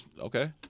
okay